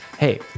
Hey